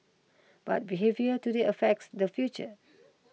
but behaviour today affects the future